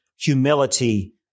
humility